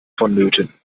vonnöten